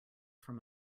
from